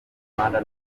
rwanda